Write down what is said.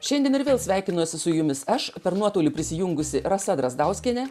šiandien ir vėl sveikinosi su jumis aš per nuotolį prisijungusi rasa drazdauskienė